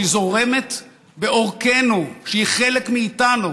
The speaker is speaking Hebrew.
שהיא זורמת בעורקינו, שהיא חלק מאיתנו